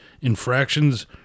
Infractions